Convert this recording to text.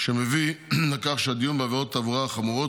שמביא לכך שהדיון בעבירות תעבורה חמורות,